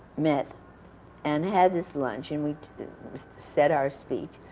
met and had this lunch, and we said our speech,